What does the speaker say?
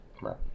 right